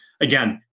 again